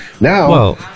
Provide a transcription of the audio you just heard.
now